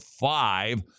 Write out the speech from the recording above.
five